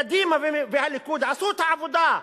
קדימה והליכוד עשו את העבודה.